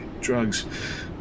drugs